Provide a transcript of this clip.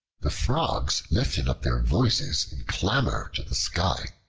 the frogs lifted up their voices in clamor to the sky.